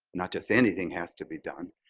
not just anything has to be done.